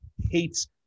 hates